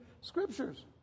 Scriptures